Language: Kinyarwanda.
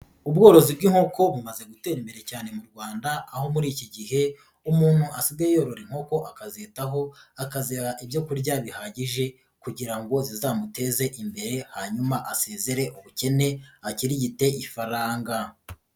Ubworozi bw'inkoko bumaze gutera imbere cyane mu Rwanda, aho muri iki gihe umuntu asigaye yorora inkoko, akazitaho, akaziha ibyo kurya bihagije kugira ngo zizamuteze imbere, hanyuma asezere ubukene, akirigite ifaranga.